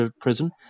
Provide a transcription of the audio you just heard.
Prison